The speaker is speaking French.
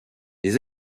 les